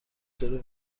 طور